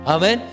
Amen